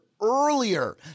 earlier